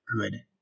good